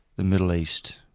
the middle east,